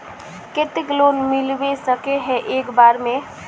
केते लोन मिलबे सके है एक बार में?